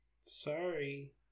Sorry